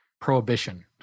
Prohibition